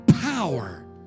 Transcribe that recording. power